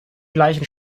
gleichen